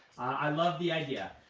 i love the idea.